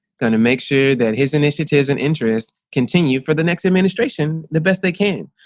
going to make sure that his initiatives and interest continue for the next administration the best they can